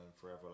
forever